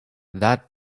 that